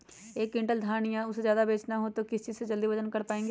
एक क्विंटल धान या उससे ज्यादा बेचना हो तो किस चीज से जल्दी वजन कर पायेंगे?